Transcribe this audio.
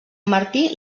martí